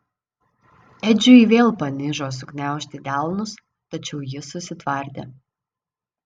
edžiui vėl panižo sugniaužti delnus tačiau jis susitvardė